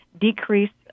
Decrease